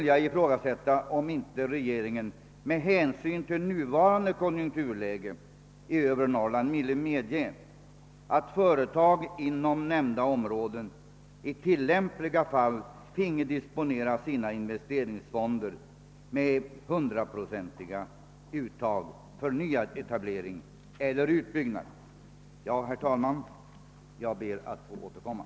Jag ifrågasätter om inte regeringen med hänsyn till nuvarande konjunkturläge i övre Norrland borde medge att företag inom ifrågavarande områden i tillämpliga fall finge disponera sina investeringsfonder med Jag ber att få återkomma, herr talman.